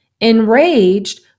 enraged